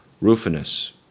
Rufinus